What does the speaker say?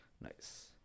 Nice